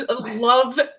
love